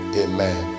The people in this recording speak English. amen